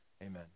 Amen